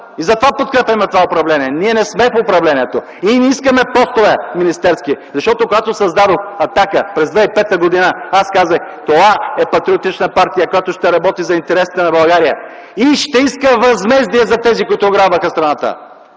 и затова подкрепяме това управление. Ние не сме в управлението и не искаме министерски постове, защото когато създадох „Атака” през 2005 г., аз казах: „Това е патриотична партия, която ще работи за интересите на България и ще иска възмездие за тези, които ограбваха страната!”